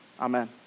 Amen